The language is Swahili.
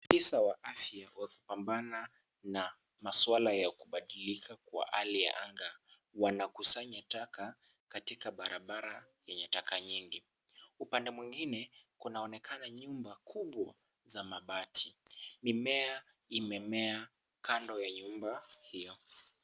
Maafisa wa afya wa kupambana na maswala ya kubadilika kwa hali ya anga, wanakusanya taka katika barabara yenye taka nyingi. Upande mwingine kunaonekana nyumba kubwa za mabati. Mimea imemea kando ya nyumba hiyo.